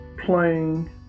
playing